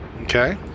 Okay